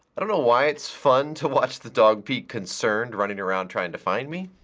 i don't know why it's fun to watch the dog be concerned, running around trying to find me.